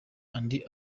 andi